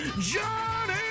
Johnny